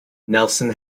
nelson